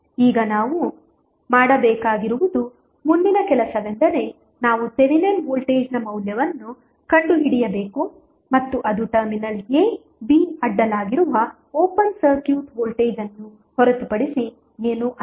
ಈಗ ನಾವು ಮಾಡಬೇಕಾಗಿರುವುದು ಮುಂದಿನ ಕೆಲಸವೆಂದರೆ ನಾವು ಥೆವೆನಿನ್ ವೋಲ್ಟೇಜ್ನ ಮೌಲ್ಯವನ್ನು ಕಂಡುಹಿಡಿಯಬೇಕು ಮತ್ತು ಅದು ಟರ್ಮಿನಲ್ a b ಅಡ್ಡಲಾಗಿರುವ ಓಪನ್ ಸರ್ಕ್ಯೂಟ್ ವೋಲ್ಟೇಜ್ ಅನ್ನು ಹೊರತುಪಡಿಸಿ ಏನೂ ಅಲ್ಲ